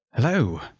Hello